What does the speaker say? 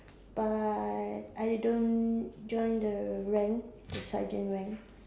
but I don't join the rank the sergeant rank